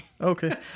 Okay